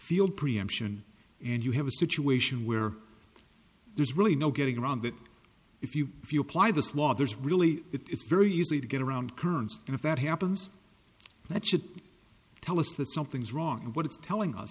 field preemption and you have a situation where there's really no getting around it if you if you apply this law there's really it's very easy to get around kerns and if that happens that should tell us that something's wrong and what it's telling us